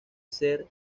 ser